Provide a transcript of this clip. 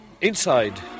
Inside